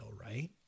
right